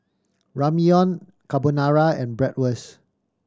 Ramyeon Carbonara and Bratwurst